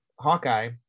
Hawkeye